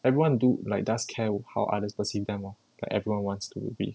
everyone do like does care of how others perceive them lor like everyone wants to be